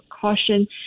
caution